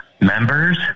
members